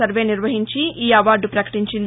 survey నిర్వహించి ఈ award ప్రకటించింది